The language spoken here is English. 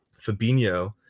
Fabinho